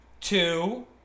two